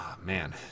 man